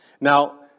Now